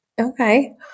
Okay